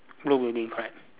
blue building correct